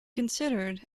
considered